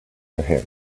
ahead